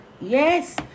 Yes